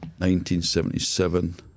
1977